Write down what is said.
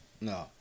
No